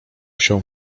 się